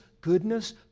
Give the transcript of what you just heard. goodness